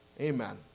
Amen